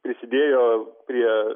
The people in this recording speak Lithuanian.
prisidėjo prie